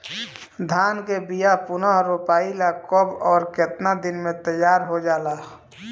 धान के बिया पुनः रोपाई ला कब और केतना दिन में तैयार होजाला?